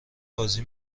بازی